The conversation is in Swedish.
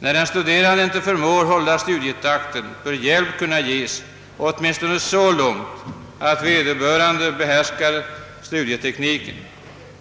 När den studerande inte förmår hålla studietakten bör hjälp kunna ges åtminstone så långt att vederbörande behärskar studietekniken.